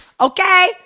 Okay